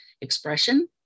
expression